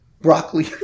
Broccoli